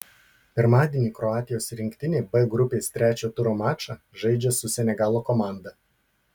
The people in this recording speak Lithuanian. pirmadienį kroatijos rinktinė b grupės trečio turo mačą žaidžia su senegalo komanda